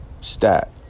stat